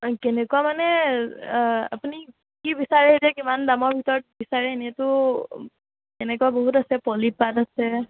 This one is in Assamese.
হয় কেনেকুৱা মানে আপুনি কি বিচাৰে সেইটোৱে কিমান দামৰ ভিতৰত বিচাৰে এনেইতো এনেকুৱা বহুত আছে পলি পাট আছে